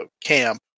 camp